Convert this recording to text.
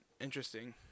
interesting